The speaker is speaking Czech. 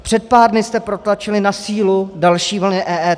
Před pár dny jste protlačili na sílu další vlny EET.